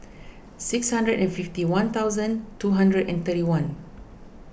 six hundred and fifty one thousand two hundred and thirty one